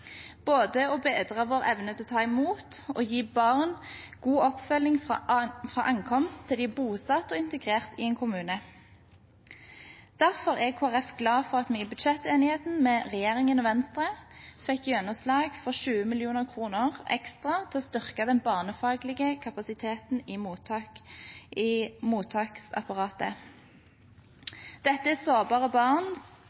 både å bedre vår evne til å ta imot og til å gi barn god oppfølging fra ankomst og til de er bosatt og integrert i en kommune. Derfor er Kristelig Folkeparti glad for at vi i budsjettenigheten med regjeringen og Venstre fikk gjennomslag for 20 mill. kr ekstra til å styrke den barnefaglige kapasiteten i